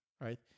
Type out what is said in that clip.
right